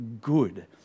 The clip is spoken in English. good